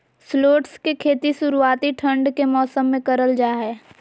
shallots के खेती शुरुआती ठंड के मौसम मे करल जा हय